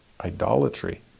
idolatry